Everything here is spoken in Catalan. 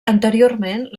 anteriorment